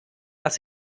dass